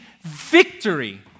victory